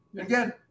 Again